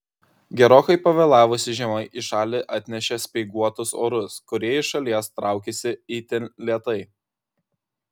gerokai pavėlavusi žiema į šalį atnešė speiguotus orus kurie iš šalies traukiasi itin lėtai